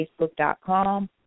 facebook.com